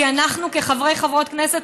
כי אנחנו כחברי וחברות כנסת,